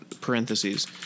parentheses